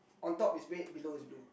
on top is red below is blue